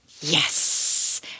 Yes